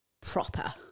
proper